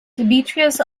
demetrius